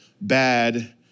bad